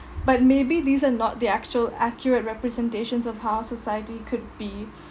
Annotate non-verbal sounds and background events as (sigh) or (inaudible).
but maybe these are not the actual accurate representations of how society could be (breath)